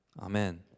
Amen